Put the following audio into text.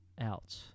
out